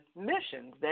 missions